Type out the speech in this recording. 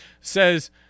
says